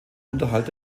unterhalt